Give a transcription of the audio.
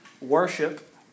worship